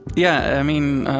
yeah. i mean